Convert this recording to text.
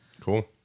Cool